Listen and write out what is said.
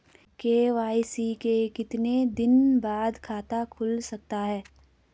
KYC के कितने दिन बाद खाता खुल सकता है?